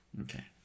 Okay